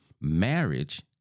marriage